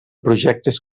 projectes